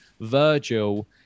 Virgil